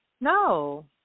no